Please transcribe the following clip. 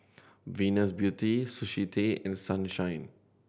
Venus Beauty Sushi Tei and Sunshine